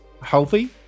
healthy